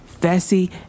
Fessy